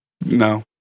No